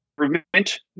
improvement